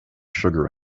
sugar